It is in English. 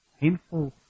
painful